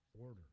order